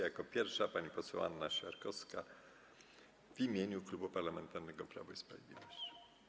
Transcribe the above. Jako pierwsza pani poseł Anna Siarkowska w imieniu Klubu Parlamentarnego Prawo i Sprawiedliwość.